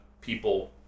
people